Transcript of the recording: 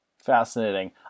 fascinating